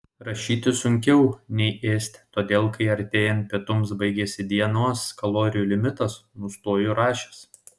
rašyti sunkiau nei ėsti todėl kai artėjant pietums baigiasi dienos kalorijų limitas nustoju rašęs